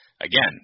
again